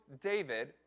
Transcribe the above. David